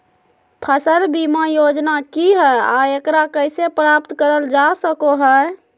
फसल बीमा योजना की हय आ एकरा कैसे प्राप्त करल जा सकों हय?